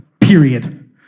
period